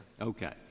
Okay